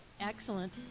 excellent